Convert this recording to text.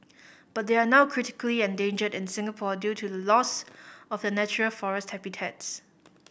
but they are now critically endangered in Singapore due to the loss of the natural forest habitats